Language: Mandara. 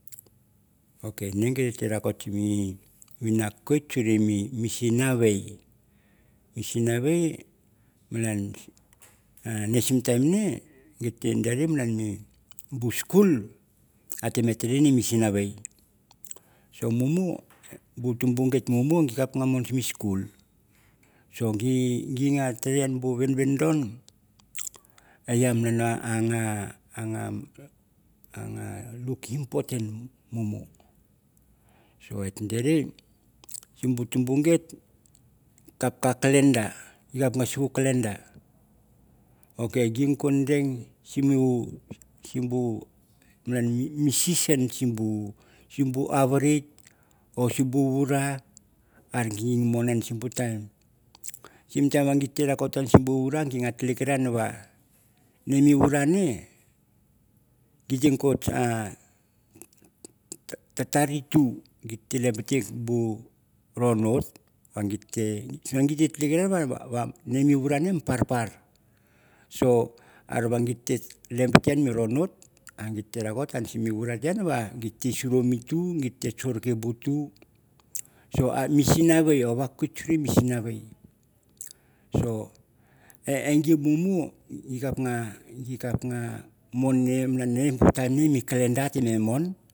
Ok ing gete rakot sure mi vinakwik suri mi sinavei malan sim mi time nge gat ta sure malan bu skul am no silon skul sim bu tumbu kap ka calender ge ko deng sim bu malan sim bu, season avaret or simbu ura a ge mon an sim bu tme time gito be ratan simbu ura gito be telikaran ve ura ne gito tetere tu. Gito be lamte bu rongut gi talikaran ini ura ne mi papar. so are be git sim mi ura di te suru mi tu. Git te kuruke mi tu ni sinavei yeo vakwit suru mi tu. Git te sinavei. e gi gi mumu gi kap no mon ne malan calendar. A mon.